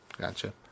Gotcha